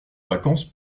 vacances